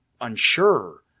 unsure